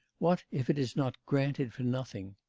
what, if it is not granted for nothing?